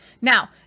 Now